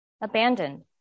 abandoned